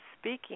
speaking